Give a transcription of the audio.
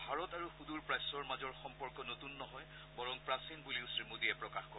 ভাৰত আৰু সুদূৰ প্ৰাচ্যৰ মাজৰ সম্পৰ্ক নতুন নহয় বৰং প্ৰাচীন বুলিও শ্ৰীমোদীয়ে প্ৰকাশ কৰে